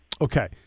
okay